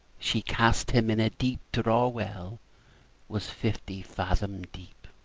she cast him in a deep draw-well was fifty fathom deep.